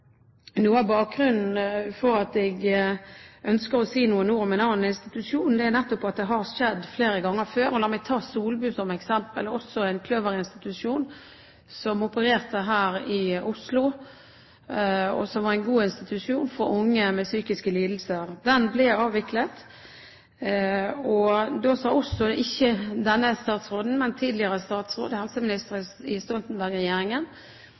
Noe av bakgrunnen for at jeg ønsker å si noen ord om en annen institusjon, er nettopp at dette har skjedd flere ganger før. La meg ta Solbu som eksempel, også en kløverinstitusjon, som opererte her i Oslo, og som var en god institusjon for unge med psykiske lidelser. Den ble avviklet. Da sa